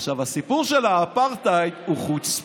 עכשיו, הסיפור של האפרטהייד הוא חוצפה.